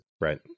Right